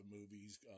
movies